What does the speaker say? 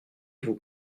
vous